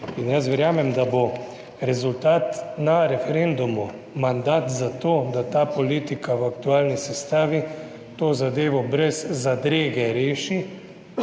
In jaz verjamem, da bo rezultat na referendumu mandat za to, da ta politika v aktualni sestavi to zadevo brez zadrege reši.